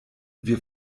wir